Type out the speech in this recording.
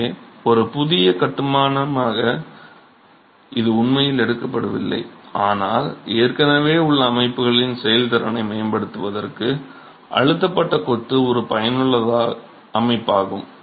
எனவே ஒரு புதிய கட்டுமானமாக இது உண்மையில் எடுக்கப்படவில்லை ஆனால் ஏற்கனவே உள்ள அமைப்புகளின் செயல்திறனை மேம்படுத்துவதற்கு அழுத்தப்பட்ட கொத்து ஒரு பயனுள்ள அமைப்பாகும்